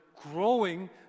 growing